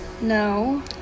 No